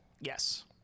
Yes